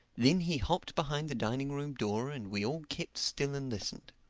then he hopped behind the dining-room door and we all kept still and listened.